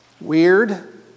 Weird